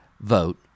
vote